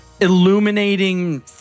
illuminating